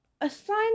assign